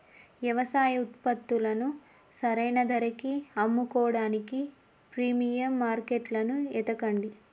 యవసాయ ఉత్పత్తులను సరైన ధరకి అమ్ముకోడానికి ప్రీమియం మార్కెట్లను ఎతకండి